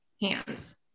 hands